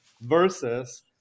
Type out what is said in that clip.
versus